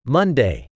Monday